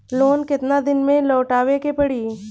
Loan केतना दिन में लौटावे के पड़ी?